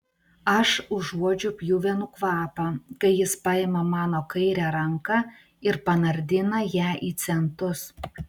aš užuodžiu pjuvenų kvapą kai jis paima mano kairę ranką ir panardina ją į centus